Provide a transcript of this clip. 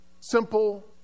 simple